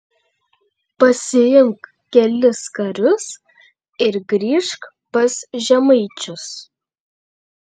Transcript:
pasiimk kelis karius ir grįžk pas žemaičius